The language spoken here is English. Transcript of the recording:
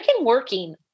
working